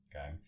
Okay